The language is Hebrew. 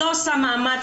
היא לא עושה מאמץ,